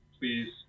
please